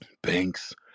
Banks